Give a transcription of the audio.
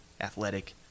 athletic